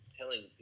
telling